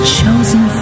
chosen